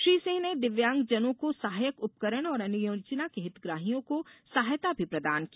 श्री सिंह ने दिव्यांगजनों को सहायक उपकरण और अन्य योजना के हितग्राहियों को सहायता भी प्रदान की